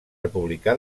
republicà